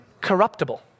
corruptible